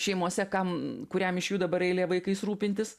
šeimose kam kuriam iš jų dabar eilė vaikais rūpintis